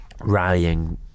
rallying